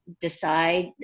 decide